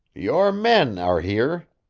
your men are here,